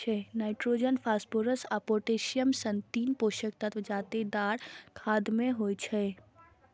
nitrogen, phosphorus आ potassium सन तीन पोषक तत्व जादेतर खाद मे होइ छै